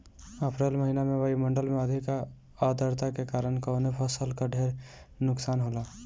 अप्रैल महिना में वायु मंडल में अधिक आद्रता के कारण कवने फसल क ढेर नुकसान होला?